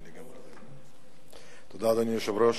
אדוני היושב-ראש,